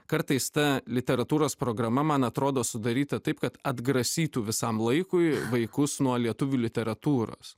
kartais ta literatūros programa man atrodo sudaryta taip kad atgrasytų visam laikui vaikus nuo lietuvių literatūros